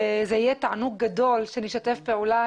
וזה יהיה תענוג גדול שנשתף פעולה,